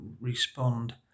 respond